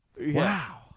Wow